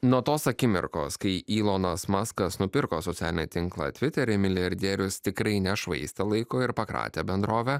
nuo tos akimirkos kai ilonas maskas nupirko socialinį tinklą twitter milijardierius tikrai nešvaisto laiko ir pakratė bendrovę